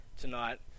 tonight